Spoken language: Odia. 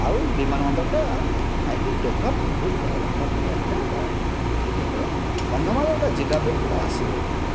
ଆଉ ବିମାନ ବନ୍ଦରଟା ହାଇଲି ଡେଭଲପ ବହୁତ ଭାବରେ ହେବା ଦରକାର ହେଲେ ଏଇଟା କନ୍ଧମାଳ ଜିଲ୍ଲା ପାଇଁ ଗୋଟିଏ ଆସିବ